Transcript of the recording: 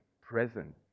present